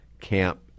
camp